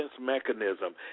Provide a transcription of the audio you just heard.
mechanism